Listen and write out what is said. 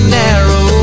narrow